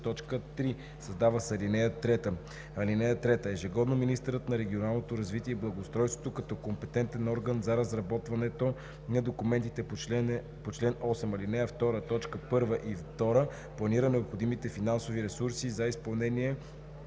Създава се ал. 3: „(3) Ежегодно министърът на регионалното развитие и благоустройството, като компетентен орган за разработването на документите по чл. 8, ал. 2, т. 1 и 2, планира необходимите финансови ресурси за изпълнение